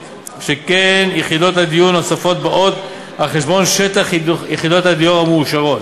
שכן יחידות הדיור הנוספות באות על חשבון שטח יחידות הדיור המאושרות.